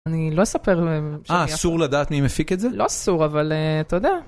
אני לא אספר... אה, אסור לדעת מי מפיק את זה? לא אסור, אבל אתה יודע.